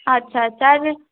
আচ্ছা আচ্ছা আর